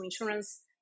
insurance